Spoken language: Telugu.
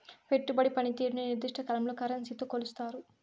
పెట్టుబడి పనితీరుని నిర్దిష్ట కాలంలో కరెన్సీతో కొలుస్తారు